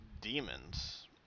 demons